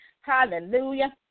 hallelujah